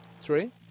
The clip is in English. Three